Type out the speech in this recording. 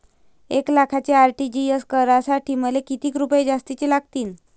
एक लाखाचे आर.टी.जी.एस करासाठी मले कितीक रुपये जास्तीचे लागतीनं?